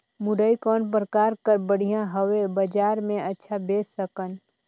मुरई कौन प्रकार कर बढ़िया हवय? बजार मे अच्छा बेच सकन